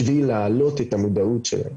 בשביל להעלות את המודעות שלהם.